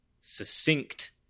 succinct